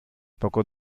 poco